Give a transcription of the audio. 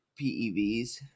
PEVs